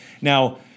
now